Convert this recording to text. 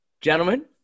gentlemen